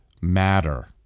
matter